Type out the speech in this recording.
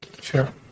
sure